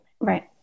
right